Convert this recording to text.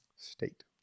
State